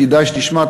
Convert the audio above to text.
כדאי שתשמע,